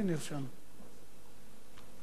אדוני השר,